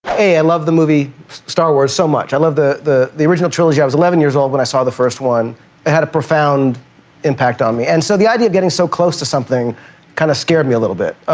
a, i love the movie star wars so much. i love the the original trilogy. i was eleven years old when i saw the first one. it had a profound impact on me, and so the idea of getting so close to something kind of scared me a little bit.